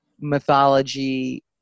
mythology